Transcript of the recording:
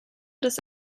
des